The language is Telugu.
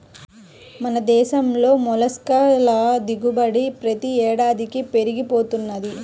మన దేశంలో మొల్లస్క్ ల దిగుబడి ప్రతి ఏడాదికీ పెరిగి పోతున్నది